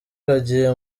kagiye